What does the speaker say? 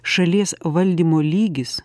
šalies valdymo lygis